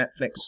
netflix